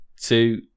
two